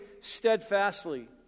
steadfastly